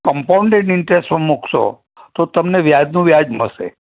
compounded ઇન્ટરેસ્ટમાં મૂકશો તો તમને વ્યાજનું વ્યાજ મળશે